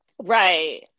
right